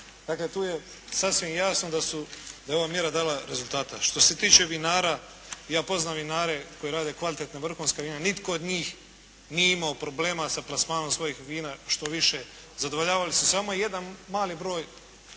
Dakle tu je sasvim jasno da je ova mjera dala rezultata. Što se tiče vinara, ja poznam vinare koji rade kvalitetna, vrhunska vina. Nitko od njih nije imao problema sa plasmanom svojih vina. Štoviše, zadovoljavali su samo jedan mali broj